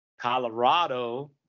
Colorado